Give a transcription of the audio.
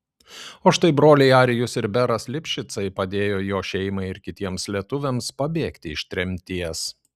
o štai broliai arijus ir beras lipšicai padėjo jo šeimai ir kitiems lietuviams pabėgti iš tremties